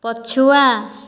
ପଛୁଆ